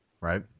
Right